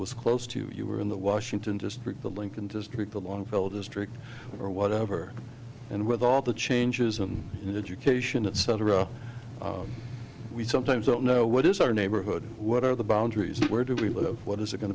was close to you were in the washington district the lincoln district along filled district or whatever and with all the changes of an education etc we sometimes don't know what is our neighborhood what are the boundaries where do we live what is it going